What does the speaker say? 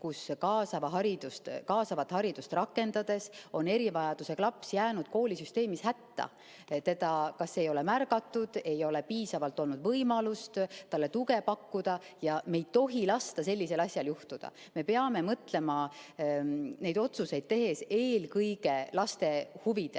kus kaasavat haridust rakendades on erivajadusega laps koolisüsteemis hätta jäänud. Teda kas ei ole märgatud, ei ole piisavalt olnud võimalust talle tuge pakkuda. Me ei tohi lasta sellisel asjal juhtuda. Me peame mõtlema neid otsuseid tehes eelkõige laste huvidele.